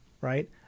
right